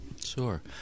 Sure